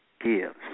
gives